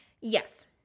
yes